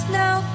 now